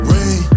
Rain